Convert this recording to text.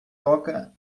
toca